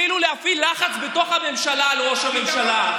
תתחילו להפעיל לחץ בתוך הממשלה על ראש הממשלה,